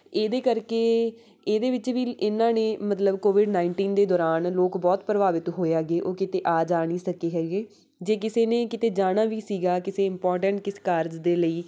ਇਹਦੇ ਕਰਕੇ ਇਹਦੇ ਵਿੱਚ ਵੀ ਇਹਨਾਂ ਨੇ ਮਤਲਬ ਕੋਵਿਡ ਨਾਈਨਟੀਨ ਦੇ ਦੌਰਾਨ ਲੋਕ ਬਹੁਤ ਪ੍ਰਭਾਵਿਤ ਹੋਏ ਹੈਗੇ ਉਹ ਕਿਤੇ ਆ ਜਾ ਨਹੀਂ ਸਕੇ ਹੈਗੇ ਜੇ ਕਿਸੇ ਨੇ ਕਿਤੇ ਜਾਣਾ ਵੀ ਸੀਗਾ ਕਿਸੇ ਇੰਪੋਰਟੈਂਟ ਕਿਸੇ ਕਾਰਜ ਦੇ ਲਈ